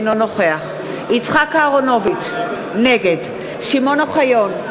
אינו נוכח יצחק אהרונוביץ, נגד שמעון אוחיון,